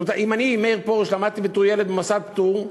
אם אני, מאיר פרוש, למדתי בתור ילד במוסד פטור,